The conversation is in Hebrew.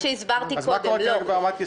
מה קורה כרגע ברמת היישום?